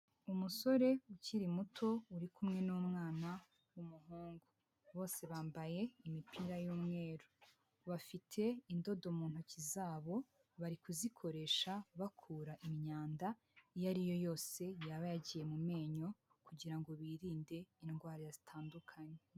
Umusore ukiri muto uri kumwe n'umwana w'umuhungu, bose bambaye imipira y'umweru, bafite indodo mu ntoki zabo bari kuzikoresha bakura imyanda iyo ari yo yose yaba yagiye mu menyo kugira ngo birinde indwara zitandukanye.